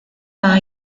par